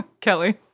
Kelly